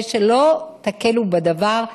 ושלא תקלו בדבר,